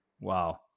wow